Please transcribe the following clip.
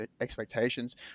expectations